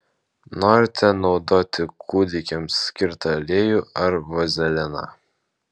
norite naudoti kūdikiams skirtą aliejų ar vazeliną